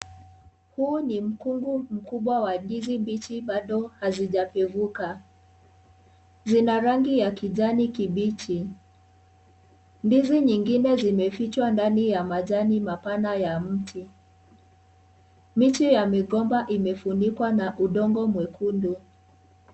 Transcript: Huu ni mkunga wa ndizi mbichi bado hazijapevuka. Zina rangi ya kijani kibichi. Ndizi zingine zimefichwa ndani ya majani mapana ya mti. Miti ya migomba imefunikwa na udongo mwekundu.